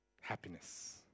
happiness